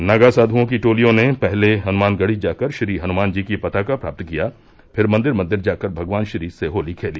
नागा साध्यों की टोलियों ने पहले हनुमानगढ़ी जाकर हनुमान जी की पताका प्राप्त किया फिर मंदिर मंदिर जाकर भगवान श्री से होती खेली